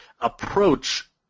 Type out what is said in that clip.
approach